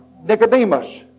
Nicodemus